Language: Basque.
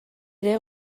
ere